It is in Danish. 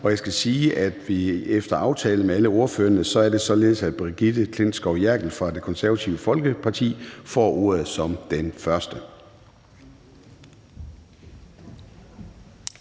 og jeg skal sige, at efter aftale med alle ordførerne er det således, at Birgitte Klintskov Jerkel fra Det Konservative Folkeparti får ordet som den første.